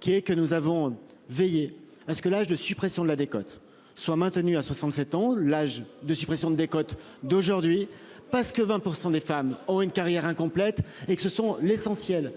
qui est que nous avons veillé à ce que l'âge de suppression de la décote soit maintenue à 67 ans l'âge de suppression de des Côtes d'aujourd'hui parce que 20% des femmes ont une carrière incomplète et que ce sont l'essentiel